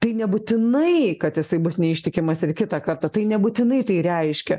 tai nebūtinai kad jisai bus neištikimas ir kitą kartą tai nebūtinai tai reiškia